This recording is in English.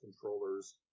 controllers